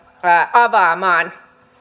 avaamaan